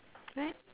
right